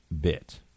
bit